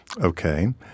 Okay